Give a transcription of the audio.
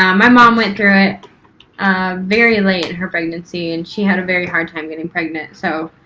um my mom went through it very late in her pregnancy and she had a very hard time getting pregnant so